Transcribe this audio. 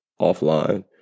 offline